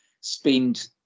spend